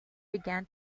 began